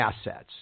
assets